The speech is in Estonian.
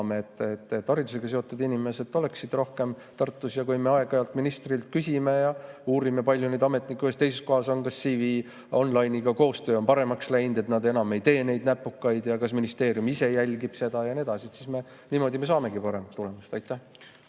et haridusega seotud inimesed oleksid rohkem Tartus. Kui me aeg-ajalt ministrilt küsime ja uurime, kui palju neid ametnikke ühes või teises kohas on, kas CV-Online'iga on koostöö paremaks läinud, kas nad enam ei tee neid näpukaid, ja kas ministeerium ise jälgib seda ja nii edasi, siis niimoodi me saamegi parema tulemuse. Aitäh!